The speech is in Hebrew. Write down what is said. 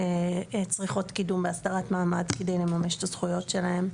שצריכות קידום בהסדרת מעמד כדי לממש את הזכויות שלהן.